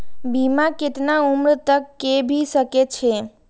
बीमा केतना उम्र तक के भे सके छै?